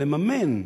לממן,